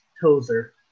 Tozer